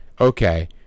Okay